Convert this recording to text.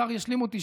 השר ישלים אותי,